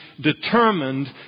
determined